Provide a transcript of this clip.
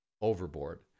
overboard